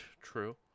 true